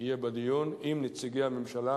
שיהיה בה דיון עם נציגי הממשלה,